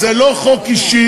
אז זה לא חוק אישי,